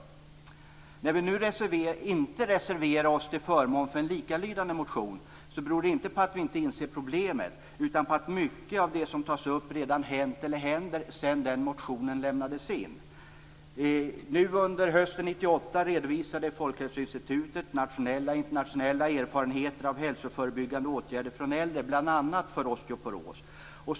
Att vi nu inte reserverar oss till förmån för en likalydande motion beror inte på att vi inte inser problemet utan på att mycket har hänt, och händer, när det gäller det här sedan den motionen lämnades in. Under hösten 1998 redovisade Folkhälsoinstitutet nationella och internationella erfarenheter av hälsoförebyggande åtgärder för äldre bl.a. när det gäller osteoporos.